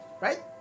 Right